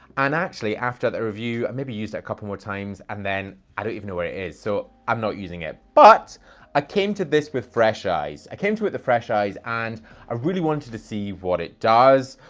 and actually, after that review, i maybe used it a couple more times and then i don't even know where it is, so i'm not using it. but i came to this with fresh eyes. i came to it, the fresh eyes, and i really wanted to see what it does,